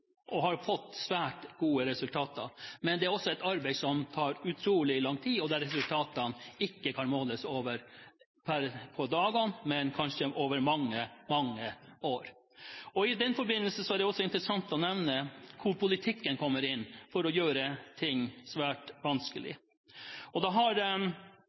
svært gode resultater, men det er også et arbeid som tar utrolig lang tid, og der resultatene ikke kan måles over dager, men kanskje over mange år. I den forbindelse er det også interessant å nevne hvordan politikken kommer inn og gjør ting svært vanskelig. Vi har sett hvordan land med tilsvarende likt syn på abort og